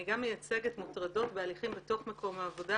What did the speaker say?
אני גם מייצגת מוטרדות והליכים בתוך מקום העבודה,